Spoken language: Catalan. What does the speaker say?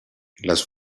les